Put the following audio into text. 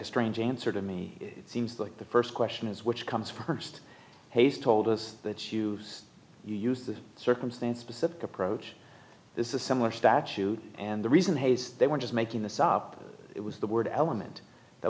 a strange answer to me it seems like the first question is which comes first has told us that you use the circumstance specific approach this is similar statute and the reason haste they were just making this up it was the word element that